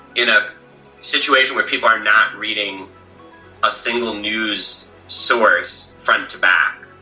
in a situation where people are not reading a single news source front to back,